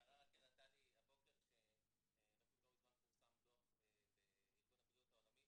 הבוקר יערה הראתה לי דוח שפורסם לא מזמן בארגון הבריאות העולמי